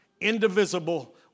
indivisible